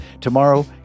Tomorrow